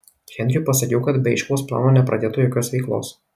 henriui pasakiau kad be aiškaus plano nepradėtų jokios veiklos